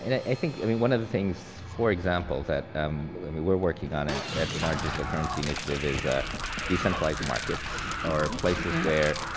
and i think i mean, one of the things, for example that, and um we're working on and it in our digital currency initiative is ah de-centralized markets or places where.